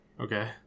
Okay